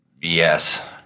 Yes